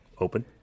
open